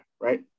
right